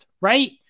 right